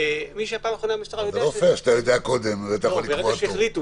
אבל בסוף יש שני ספרים, שתיים-שלוש עמדות, אז